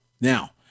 Now